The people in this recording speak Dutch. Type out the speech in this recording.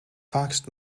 vaakst